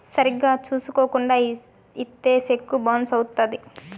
సరిగ్గా చూసుకోకుండా ఇత్తే సెక్కు బౌన్స్ అవుత్తది